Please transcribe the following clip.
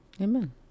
Amen